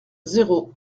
zéro